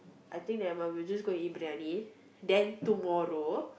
I think never mind we'll just go and eat briyani then tomorrow